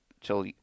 till